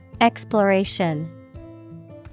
Exploration